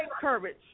courage